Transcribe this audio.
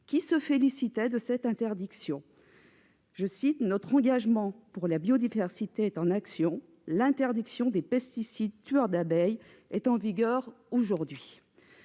qui se félicitait de leur interdiction :« Notre engagement pour la biodiversité en action : l'interdiction des pesticides tueurs d'abeilles en vigueur aujourd'hui. »